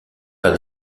par